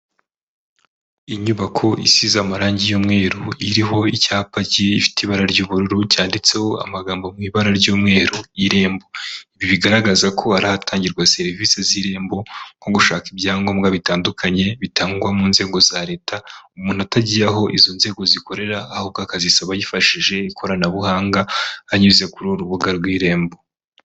Inyubako isize amarangi y'umweru iriho icyapa gifite ibara ry'ubururu cyanditseho amagambo mu ibara ry'umweru y'irembo ,ibi bigaragaza ko haratangirwa serivisi z'irembo nko gushaka ibyangombwa bitandukanye bitangwa mu nzego za leta umuntu atagiye aho izo nzego zikorera ahubwo akazisaba yifashije ikoranabuhanga anyuze ku rubuga rw'irembo.